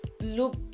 look